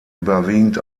überwiegend